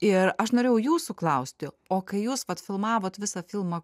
ir aš norėjau jūsų klausti o kai jūs vat filmavot visą filmą